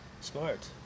smart